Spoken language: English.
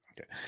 Okay